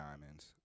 diamonds